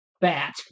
bat